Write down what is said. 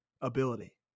ability